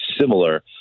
similar